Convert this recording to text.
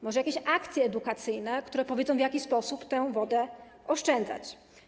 Może jakieś akcje edukacyjne, które powiedzą, w jaki sposób tę wodę oszczędzać?